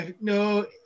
No